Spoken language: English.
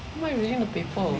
I'm not using the paper